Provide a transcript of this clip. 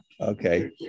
Okay